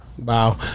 Wow